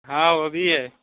ہاں وہ بھی ہے